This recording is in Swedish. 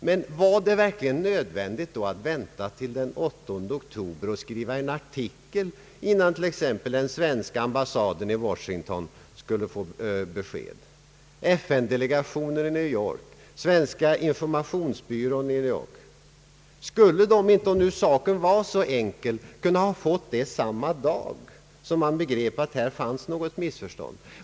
Men var det då verkligen nödvändigt att vänta till den 8 oktober och skriva en artikel innan t.ex. den svenska ambassaden i Washington, FN-delegationen i New York och svenska informationsbyrån i New York kunde få besked? Skulle de inte, om saken var så enkel, ha kunnat få detta besked samma dag som man begrep att det här fanns något missförstånd?